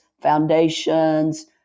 foundations